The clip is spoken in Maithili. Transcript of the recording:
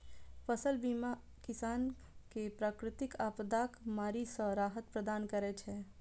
फसल बीमा किसान कें प्राकृतिक आपादाक मारि सं राहत प्रदान करै छै